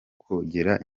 kongera